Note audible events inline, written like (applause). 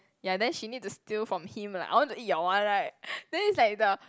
ya then she need to steal from him like I want to eat your one right (breath) then is like the